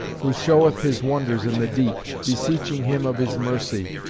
who showeth his wonders in the deep, beseeching him of his mercy,